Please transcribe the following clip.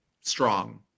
strong